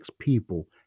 people